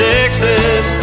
Texas